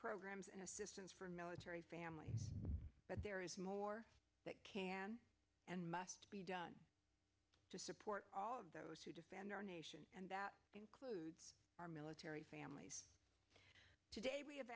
programs and assistance for military family there but there is more that can and must be done to support all of those who defend our nation and that includes our military families today we have